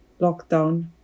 lockdown